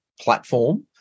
platform